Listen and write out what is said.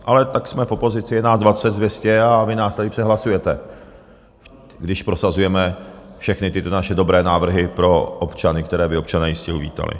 Ale tak jsme v opozici, je nás 20 z 200 a vy nás tady přehlasujete, když prosazujeme všechny tyto naše dobré návrhy pro občany, které by občané jistě uvítali.